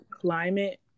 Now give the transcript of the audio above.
climate